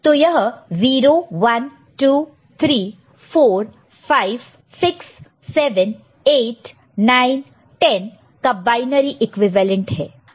तो यह 0 1 2 3 4 5 6 7 8 9 10 का बायनरी इक्विवेलेंट है